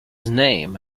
name